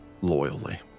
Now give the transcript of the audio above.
loyally